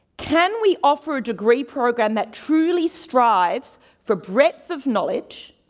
can we offer a degree program that truly strives for breadth of knowledge,